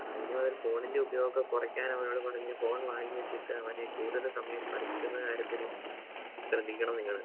ആ ഇനി മുതൽ ഫോണിൻ്റെ ഉപയോഗമൊക്കെ കുറയ്ക്കാൻ അവനോട് പറഞ്ഞ് ഫോൺ വാങ്ങി വെച്ചിട്ട് അവനെ കൂടുതൽ സമയം പഠിക്കുന്ന കാര്യത്തിൽ ശ്രദ്ധിക്കണം നിങ്ങൾ